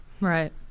Right